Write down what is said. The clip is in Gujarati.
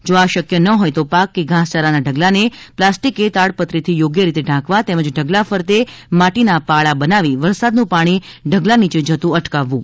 જો આ શક્ય ન હોય તો પાક કે ઘાસચારાના ઢગલાને પ્લાસ્ટિક કે તાડપત્રીથી થોગ્ય રીતે ઢાંકવા તેમજ ઢગલા ફરતે માટીના પાળા બનાવી વરસાદનું પાણી ઢગલા નીચે જતું અટકાવવું